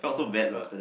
oh my god